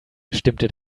stimmte